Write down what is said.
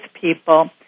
people